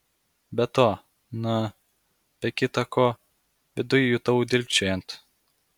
be to na be kita ko viduj jutau dilgčiojant